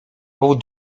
powód